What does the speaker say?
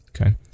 Okay